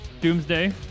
Doomsday